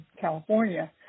California